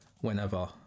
whenever